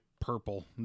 purple